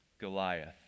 Goliath